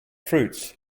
fruits